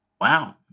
wow